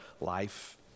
life